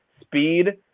speed